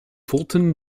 fulton